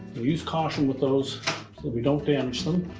use caution with those so we don't damage them.